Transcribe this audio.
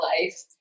life